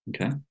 Okay